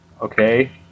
Okay